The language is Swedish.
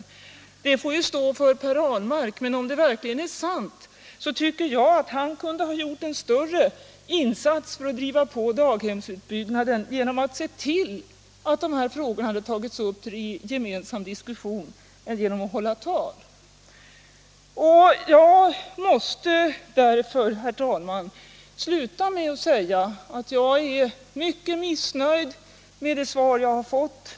Detta påstående får ju Per Ahlmark själv stå för, men om det verkligen är sant tycker jag att han kunde ha gjort en större insats för att driva på daghemsutbyggnaden genom att se till att de här frågorna hade tagits upp till gemensam diskussion i regeringen än genom att bara hålla tal. Jag måste, herr talman, sluta mitt anförande med att säga att jag är mycket missnöjd med det svar jag har fått.